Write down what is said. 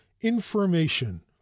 information